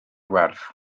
werth